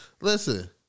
listen